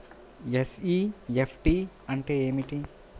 NEFT అంటే ఏమిటి?